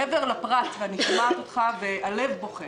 מעבר לפרט ואני שומעת אותך והלב בוכה,